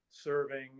serving